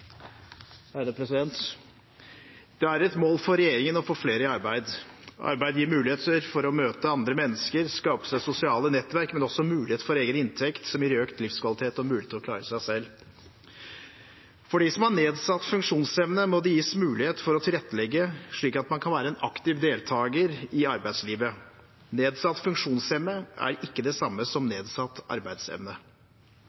et mål for regjeringen å få flere i arbeid. Arbeid gir muligheter for å møte andre mennesker, skape seg sosiale nettverk, men også mulighet for egen inntekt som gir økt livskvalitet og mulighet til å klare seg selv. For de som har nedsatt funksjonsevne, må det gis mulighet for å tilrettelegge slik at man kan være en aktiv deltaker i arbeidslivet. Nedsatt funksjonsevne er ikke det samme som